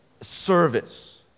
service